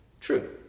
true